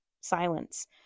silence